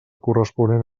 corresponent